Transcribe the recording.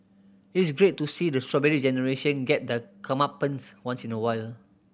it is great to see the Strawberry Generation get their comeuppance once in a while